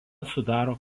sudaro